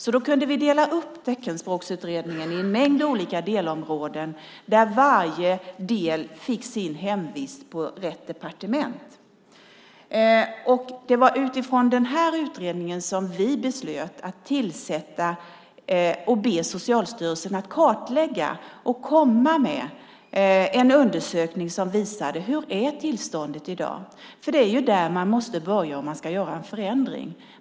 Vi kunde dela upp Teckenspråksutredningen i en mängd olika delområden där varje del fick sin hemvist på rätt departement. Det var utifrån den utredningen som vi beslutade att be Socialstyrelsen att kartlägga detta och komma med en undersökning som visar hur tillståndet är i dag. Det är ju där man måste börja om man ska göra en förändring.